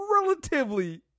relatively